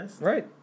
Right